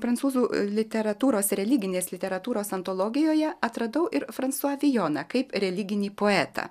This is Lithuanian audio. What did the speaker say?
prancūzų literatūros religinės literatūros antologijoje atradau ir fransua vijoną kaip religinį poetą